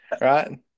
right